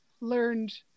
learned